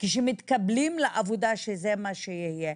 כשהם מתקבלים לעבודה שזה מה שיהיה.